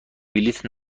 بلیط